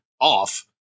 off